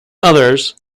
others